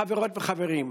חברות וחברים,